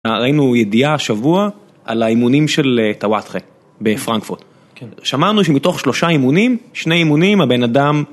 ראינו ידיעה השבוע על האימונים של טאואטחה בפרנקפורט שמענו שמתוך שלושה אימונים, שני אימונים הבן אדם